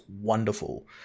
wonderful